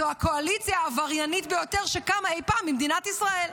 כי זו הקואליציה העבריינית ביותר שקמה אי פעם במדינת ישראל.